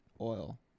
oil